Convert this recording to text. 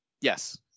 Yes